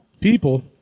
people